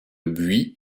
buis